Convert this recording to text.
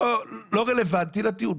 לא רלוונטי לטיעון.